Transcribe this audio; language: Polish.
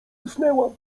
usnęłam